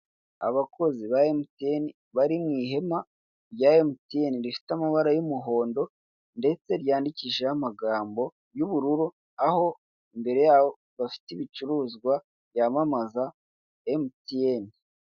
Abakozi ba emutiyeni bari mu ihema rya emutiyeni rifite amabara y'umuhondo ndetse ryandikishijeho amagambo y'ubururu aho imbere yabo bafite ibicuruzwa byamamaza emutiyeni.